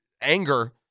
anger